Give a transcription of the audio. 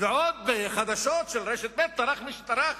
ועוד בחדשות של רשת ב' טרח מי שטרח